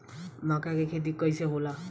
मका के खेती कइसे होला?